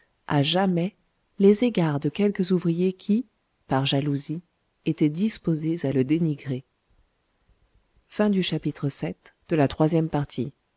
à jamais les égards de quelques ouvriers qui par jalousie étaient disposés à le dénigrer